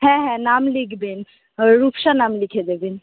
হ্যাঁ হ্যাঁ নাম লিখবেন রূপসা নাম লিখে দেবেন